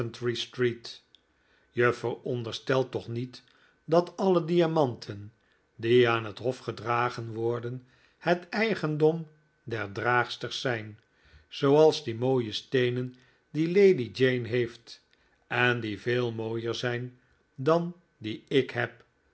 je veronderstelt toch niet dat alle diamanten die aan het hof gedragen worden het eigendom der draagsters zijn zooals die mooie steenen die lady jane heeft en die veel mooier zijn dan die ik heb